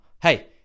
hey